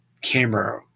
camera